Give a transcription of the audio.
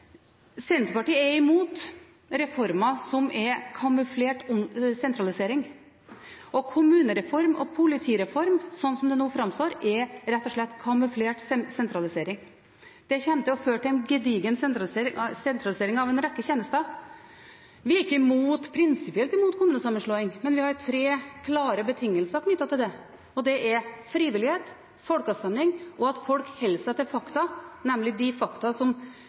Senterpartiet er imot reformer som er kamuflert sentralisering, og kommunereform og politireform, slik som det nå framstår, er rett og slett kamuflert sentralisering. Det kommer til å føre til en gedigen sentralisering av en rekke tjenester. Vi er ikke prinsipielt imot kommunesammenslåing, men vi har tre klare betingelser knyttet til det, og det er frivillighet, folkeavstemning, og at folk holder seg til fakta, nemlig de fakta som